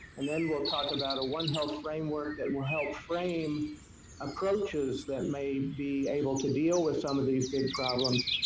and then we will talk about a one health framework that will help frame approaches that may be able to deal with some of these big problems,